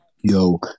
Yo